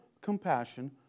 compassion